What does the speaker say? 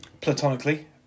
Platonically